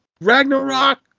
Ragnarok